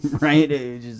right